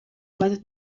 bat